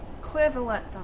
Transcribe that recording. equivalent